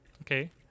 Okay